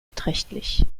beträchtlich